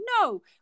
no